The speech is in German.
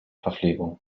verpflegung